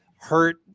hurt